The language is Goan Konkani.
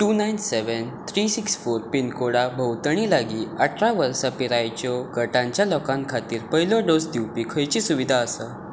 two nine seven three six four पिनकोडा भोंवतणी लागी अठरा वर्सां पिरायेच्यो गटांच्या लोकां खातीर पयलो डोस दिवपी खंयची सुविधा आसा